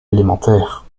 élémentaire